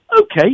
okay